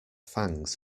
fangs